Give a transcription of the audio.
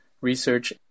research